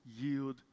yield